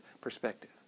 perspective